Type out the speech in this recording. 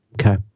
Okay